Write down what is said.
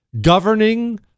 Governing